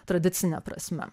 tradicine prasme